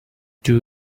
two